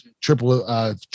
triple